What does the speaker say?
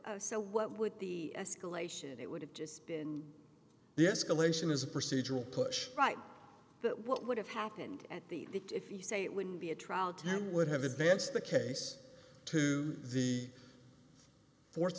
of so what with the escalation it would have just been the escalation is a procedural push right but what would have happened at the if you say it would be a trial ten would have advanced the case to the